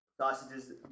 Sausages